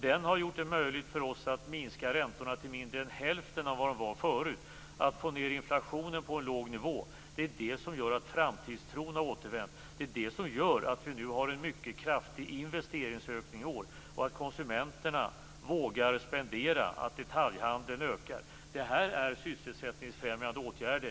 Den har gjort det möjligt för oss att minska räntorna till mindre än hälften av vad de var förut och att få ned inflationen på en låg nivå. Det är det som gör att framtidstron har återvänt. Det är det som gör att vi nu har en mycket kraftig investeringsökning i år och att konsumenterna vågar spendera och att detaljhandeln ökar. Detta är sysselsättningsfrämjande åtgärder.